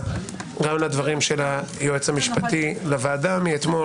גם לדברים של היועץ המשפטי לוועדה מאתמול,